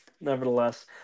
nevertheless